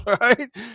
right